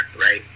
right